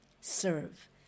Serve